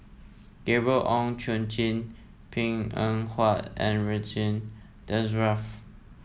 Gabriel Oon Chong Jin Png Eng Huat and Ridzwan Dzafir